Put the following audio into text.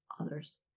others